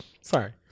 Sorry